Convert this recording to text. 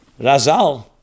Razal